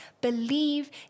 believe